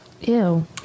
Ew